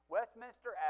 Westminster